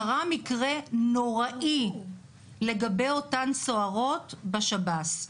קרה מקרה נוראי לגבי אותן סוהרות בשב"ס,